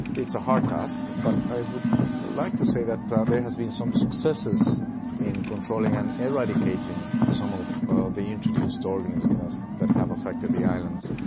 it's a hard task but i would like to say that that there have been some successes in controlling and eradicating some of ah the introduced organisms that have affected the islands.